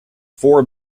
four